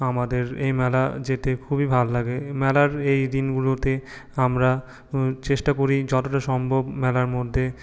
আমাদের এই মেলা যেতে খুবই ভালো লাগে মেলার এই দিনগুলোতে আমরা চেষ্টা করি যতটা সম্ভব মেলার মধ্যে